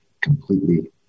completely